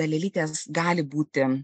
dalelytės gali būti